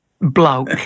bloke